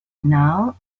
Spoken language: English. now